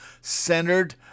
centered